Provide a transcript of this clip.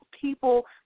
people